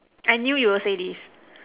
I knew you would say this